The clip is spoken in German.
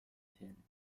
fehlen